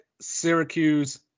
Syracuse